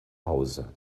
hause